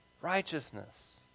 righteousness